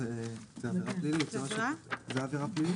זאת עבירה פלילית.